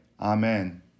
Amen